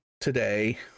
today